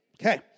Okay